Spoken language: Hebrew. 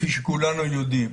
כפי שכולם יודעים,